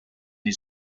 nii